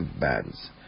bands